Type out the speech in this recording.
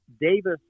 Davis